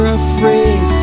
afraid